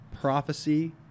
prophecy